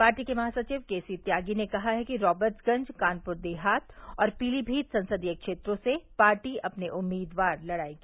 party के महासचिव K C Tyagi ने कहा कि रॉबर्ट्सगंज कानपुर देहात और पीलीभीत संसदीय क्षेत्रों से पार्टी अपने उम्मीदवार लड़ायेगी